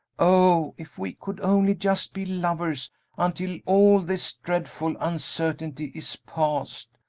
oh, if we could only just be lovers until all this dreadful uncertainty is past!